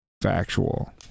factual